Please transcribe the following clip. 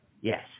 Yes